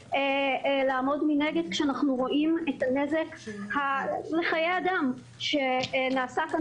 לעמוד מנגד כשאנחנו רואים את הנזק לחיי אדם שנעשה כאן